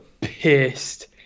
pissed